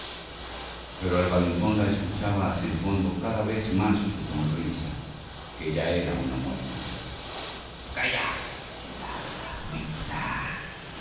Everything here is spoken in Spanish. pero el valentón la escuchaba acentuando cada vez más su sonrisa que era ya una mueca calla filla de la bruixa